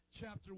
chapter